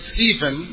Stephen